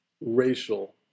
racial